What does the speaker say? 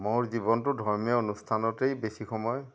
মোৰ জীৱনটো ধৰ্মীয় অনুষ্ঠানতেই বেছি সময়